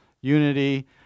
unity